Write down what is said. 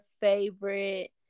favorite